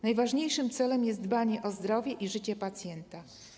Najważniejszym celem jest dbanie o zdrowie i życie pacjenta.